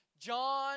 John